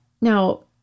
Now